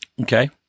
Okay